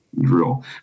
drill